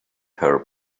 her